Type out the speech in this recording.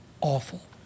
awful